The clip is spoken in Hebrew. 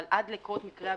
אבל עד לקרות מקרה הביטוח.